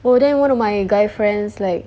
oh then one of my guy friends like